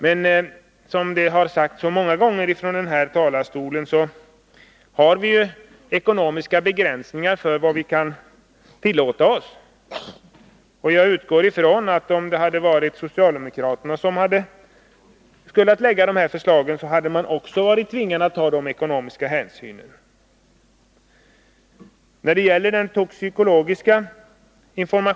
Men, som det har sagts så många gånger från den här talarstolen, det finns gränser för vad vi i ekonomiskt avseende kan tillåta oss. Om socialdemokraterna varit i den ställningen att de skulle lägga fram förslagen på detta område, utgår jag från att de hade varit tvingade att ta samma ekonomiska hänsyn.